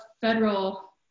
federal